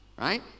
right